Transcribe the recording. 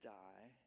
die